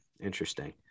Interesting